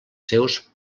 seus